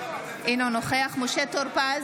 אינו נוכח משה טור פז,